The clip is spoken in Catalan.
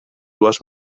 dues